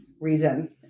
reason